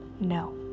No